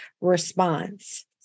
response